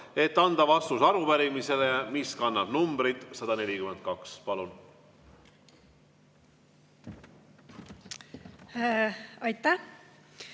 kes annab vastuse arupärimisele, mis kannab numbrit 142. Palun! Aitäh!